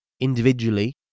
individually